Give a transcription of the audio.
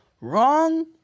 wrong